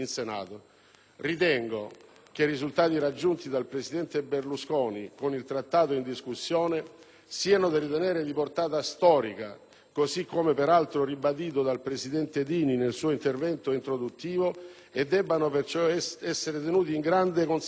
Ritengo che i risultati raggiunti dal presidente Berlusconi con il Trattato in discussione siano da ritenere di portata storica, così come peraltro ribadito dal presidente Dini nel suo intervento introduttivo, e debbano perciò essere tenuti in grande considerazione,